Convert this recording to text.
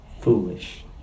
foolish